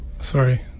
Sorry